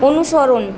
অনুসরণ